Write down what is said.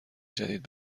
جدید